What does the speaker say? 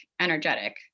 energetic